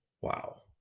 wow